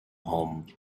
home